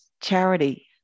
Charity